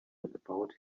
about